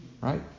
right